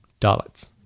Dalits